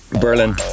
Berlin